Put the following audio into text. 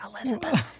Elizabeth